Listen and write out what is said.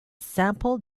sample